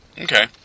okay